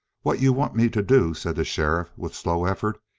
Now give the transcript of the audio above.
what you want me to do, said the sheriff, with slow effort,